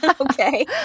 Okay